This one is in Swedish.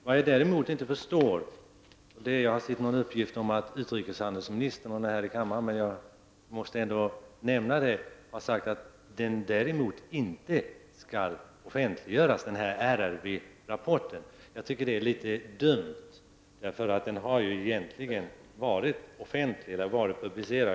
Vad jag däremot inte förstår är att utrikeshandelsministern, som inte är närvarande i kammaren, enligt tidningsuppgifter har sagt att RRVs rapport inte skall offentliggöras. Jag tycker att det är litet dumt, eftersom den tidigare varit publicerad.